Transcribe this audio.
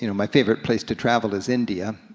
you know my favorite place to travel is india,